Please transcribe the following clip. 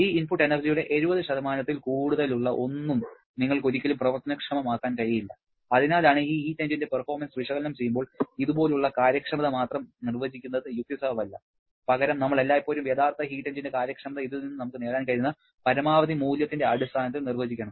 ഈ ഇൻപുട്ട് എനർജിയുടെ 70 ത്തിൽ കൂടുതലുള്ള ഒന്നും നിങ്ങൾക്ക് ഒരിക്കലും പ്രവർത്തനക്ഷമമാക്കാൻ കഴിയില്ല അതിനാലാണ് ഈ ഹീറ്റ് എഞ്ചിന്റെ പെർഫോർമൻസ് വിശകലനം ചെയ്യുമ്പോൾ ഇതുപോലുള്ള കാര്യക്ഷമത മാത്രം നിർവചിക്കുന്നത് യുക്തിസഹമല്ല പകരം നമ്മൾ എല്ലായ്പ്പോഴും യഥാർത്ഥ ഹീറ്റ് എഞ്ചിന്റെ കാര്യക്ഷമത ഇതിൽ നിന്ന് നമുക്ക് നേടാൻ കഴിയുന്ന പരമാവധി മൂല്യത്തിന്റെ അടിസ്ഥാനത്തിൽ നിർവചിക്കണം